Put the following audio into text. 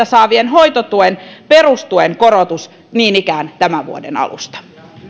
saavien hoitotuen perustuen korotus niin ikään tämän vuoden alusta